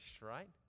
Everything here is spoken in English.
right